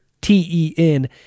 T-E-N